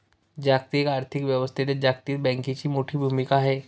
जागतिक आर्थिक व्यवस्थेत जागतिक बँकेची मोठी भूमिका आहे